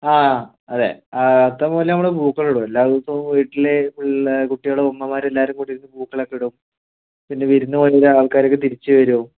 ആ അതെ ആ അത്തം മുതൽ നമ്മൾ പൂക്കളം ഇടും എല്ലാദിവസവും വീട്ടിൽ പിന്നെ കുട്ടികളും ഉമ്മമാരും എല്ലാവരും കൂടി ഇരുന്ന് പൂക്കൾ ഒക്കെ ഇടും എന്നിട്ട് വിരുന്ന് പോയ ആൾക്കാരൊക്കെ തിരിച്ചു വരും